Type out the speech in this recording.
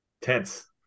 Tense